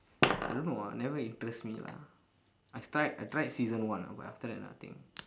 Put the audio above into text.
I don't know ah never interest me lah I start I tried season one but after that nothing